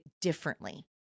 differently